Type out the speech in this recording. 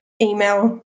email